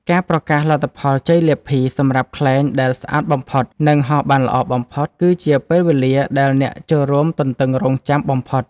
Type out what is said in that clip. ការប្រកាសលទ្ធផលជ័យលាភីសម្រាប់ខ្លែងដែលស្អាតបំផុត និងហោះបានល្អបំផុត គឺជាពេលវេលាដែលអ្នកចូលរួមទន្ទឹងរង់ចាំបំផុត។